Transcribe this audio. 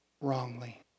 wrongly